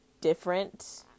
different